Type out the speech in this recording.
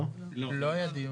לא היה דיון.